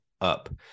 up